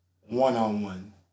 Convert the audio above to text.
one-on-one